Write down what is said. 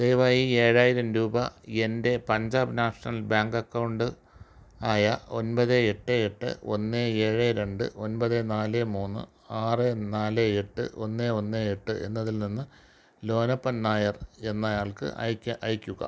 ദയവായി ഏഴായിരം രൂപ എൻ്റെ പഞ്ചാബ് നാഷണൽ ബാങ്ക് അക്കൗണ്ട് ആയ ഒൻപത് എട്ട് എട്ട് ഒന്ന് ഏഴ് രണ്ട് ഒൻപത് നാല് മൂന്ന് ആറ് നാല് എട്ട് ഒന്ന് ഒന്ന് എട്ട് എന്നതിൽ നിന്ന് ലോനപ്പൻ നായർ എന്നയാൾക്ക് അയക്കാ അയക്കുക